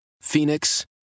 phoenix